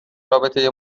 رابطه